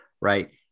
right